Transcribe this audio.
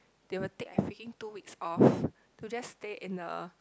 they will take a freaking two weeks off to just stay in a